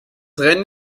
rennen